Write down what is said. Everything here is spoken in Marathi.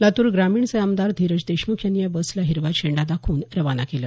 लातूर ग्रामीणचे आमदार धीरज देशमुख यांनी या बसला हिरवा झेंडा दाखवून खाना केलं